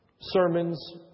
sermons